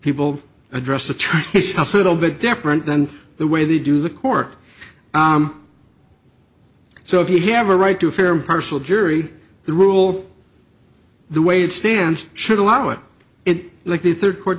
people address the little bit different than the way they do the court so if you have a right to a fair impartial jury the rule the way it stands should allow it in like the third court